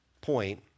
point